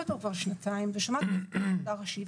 פה כבר שנתיים ושמעתי את מפקח העבודה הראשי,